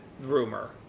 rumor